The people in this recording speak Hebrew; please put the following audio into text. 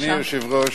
אדוני היושב-ראש,